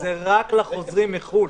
זה רק לחוזרים מחו"ל.